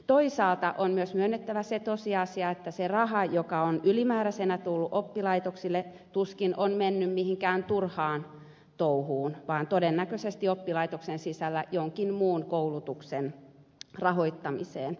toisaalta on myös myönnettävä se tosiasia että se raha joka on ylimääräisenä tullut oppilaitoksille tuskin on mennyt mihinkään turhaan touhuun vaan todennäköisesti oppilaitoksen sisällä jonkin muun koulutuksen rahoittamiseen